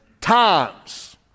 times